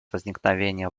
возникновения